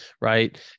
right